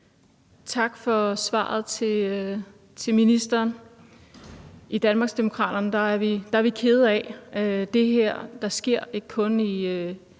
Tak til ministeren for svaret. I Danmarksdemokraterne er vi kede af det her, der sker ikke kun i